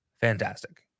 fantastic